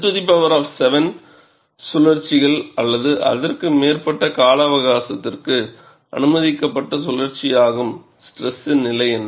107 சுழற்சிகள் அல்லது அதற்கு மேற்பட்ட கால அவகாசத்திற்கு அனுமதிக்கப்பட்ட சுழற்சியாகும் ஸ்ட்ரெஸின் நிலை என்ன